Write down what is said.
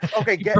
okay